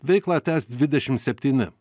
veiklą tęs dvidešim septyni